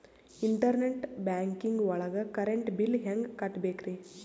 Internet banking ಒಳಗ್ current bill ಹೆಂಗ್ ಕಟ್ಟ್ ಬೇಕ್ರಿ?